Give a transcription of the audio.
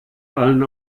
allen